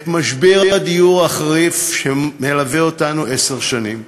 את משבר הדיור החריף שמלווה אותנו עשר שנים,